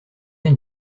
une